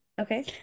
Okay